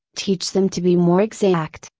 teach them to be more exact.